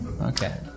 Okay